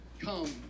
Come